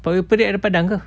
marine parade ada padang ke